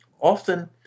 Often